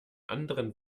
anderen